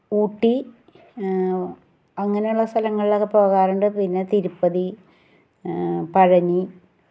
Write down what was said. ഊട്ടി അങ്ങനെയുള്ള സ്ഥലങ്ങളിലൊക്കെ പോകാറുണ്ട് പിന്നെ തിരുപ്പതി പഴനി